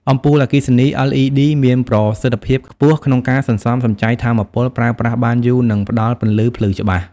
អំពូលអគ្គិសនី LED មានប្រសិទ្ធភាពខ្ពស់ក្នុងការសន្សំសំចៃថាមពល ប្រើប្រាស់បានយូរ និងផ្តល់ពន្លឺភ្លឺច្បាស់។